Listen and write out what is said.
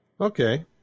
Okay